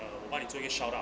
uh 我帮你做一件 shout out